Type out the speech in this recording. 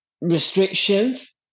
restrictions